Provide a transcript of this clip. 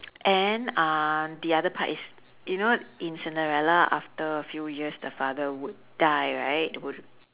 and uh the other part is you know in cinderella after a few years the father would die right would